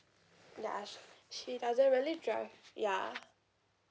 yeah she she doesn't really drive yeah